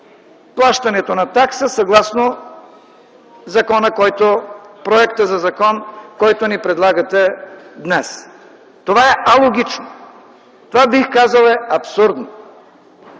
плащането на такса, съгласно проекта на закон, който ни предлагате днес? Това е алогично! Това бих казал е абсурдно!